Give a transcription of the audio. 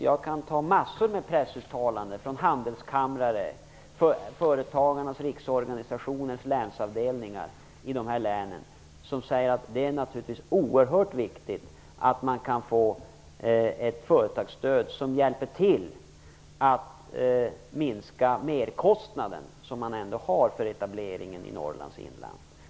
Jag kan anföra mängder av pressuttalanden från handelskamrar och från Företagarnas riksorganisations länsavdelningar som säger att det naturligtvis är oerhört viktigt att man kan få ett företagsstöd som bidrar till att minska den merkostnad som man ändå har för en etablering i Norrlands inland.